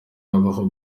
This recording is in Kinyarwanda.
habaho